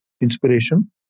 inspiration